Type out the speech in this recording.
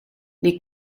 les